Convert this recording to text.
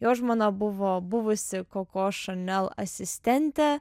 jo žmona buvo buvusi koko chanel asistentė